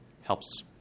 helps